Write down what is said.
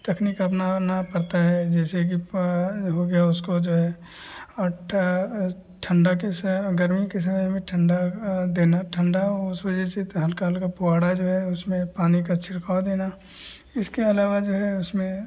तकनी अपनाना पड़ता है जैसे कि हो गया उसका जो है और ठ ठंडी के समय गर्मी के समय में ठंड देना ठंडा उस वजह से हल्का हल्का फ़व्वारा जो है उसमें पानी का छिड़काव देना इसके अलावा जो है उसमें